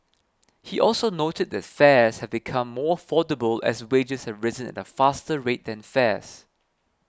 he also noted that fares have become more affordable as wages have risen at a faster rate than fares